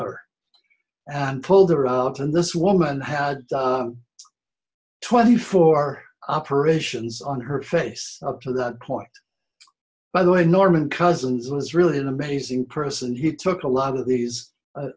her and pulled her out and this woman had twenty four operations on her face up to that point by the way norman cousins was really an amazing person he took a lot of these